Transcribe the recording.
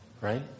right